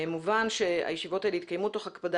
מובן שהישיבות האלה יתקיימו תוך הקפדה